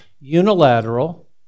unilateral